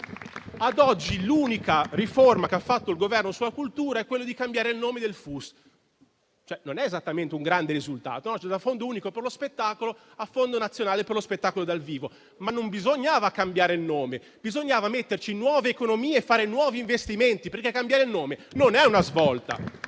Ad oggi, l'unica riforma che ha fatto il Governo sulla cultura è quella di cambiare il nome del FUS, che non è esattamente un grande risultato, da Fondo unico per lo spettacolo a Fondo nazionale per lo spettacolo dal vivo, ma non bisognava cambiare il nome, bisognava metterci nuove economie, fare nuovi investimenti, perché cambiare il nome non è una svolta.